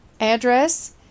address